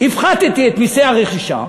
הפחתתי את מסי הרכישה,